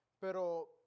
Pero